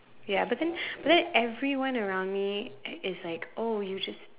ya but then but then everyone around me is is like oh you just